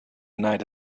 night